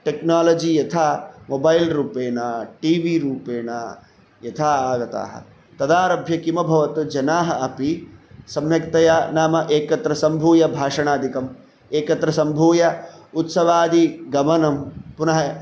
technology यथा mobile रूपेण T V रूपेण यथा आगतः तदारभ्य किम् अभवत् जनाः अपि सम्यक्तया नाम एकत्र सम्भूय भाषणादिकम् एकत्र सम्भूय उत्सवादिगमनं पुनः